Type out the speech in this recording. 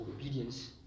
obedience